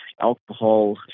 alcohol